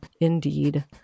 Indeed